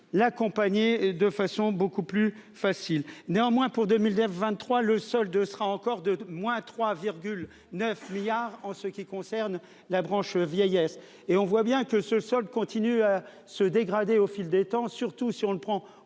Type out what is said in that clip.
l'accompagner de façon beaucoup plus facile. Néanmoins, pour 2000 des 23, le solde sera encore de moins 3,9 milliards. En ce qui concerne la branche vieillesse et on voit bien que ce solde, continue à se dégrader au fil des temps, surtout si on ne prend